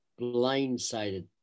blindsided